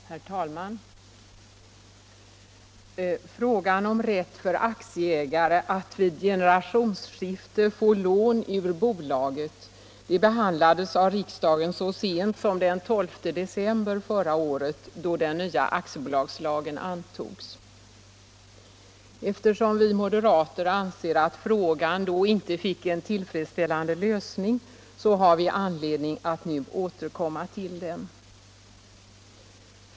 Herr talman! Frågan om rätt för aktieägare att vid generationsskifte få lån ur bolaget behandlades av riksdagen så sent som den 12 december förra året, då den nya aktiebolagslagen antogs. Eftersom vi moderater anser att frågan då inte fick en tillfredsställande lösning, har vi anledning att nu återkomma till den.